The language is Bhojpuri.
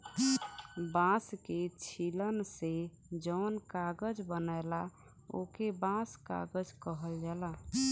बांस के छीलन से जौन कागज बनला ओके बांस कागज कहल जाला